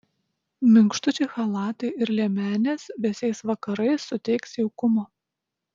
minkštučiai chalatai ir liemenės vėsiais vakarais suteiks jaukumo